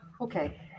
Okay